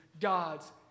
God's